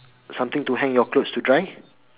something to hang your clothes to dry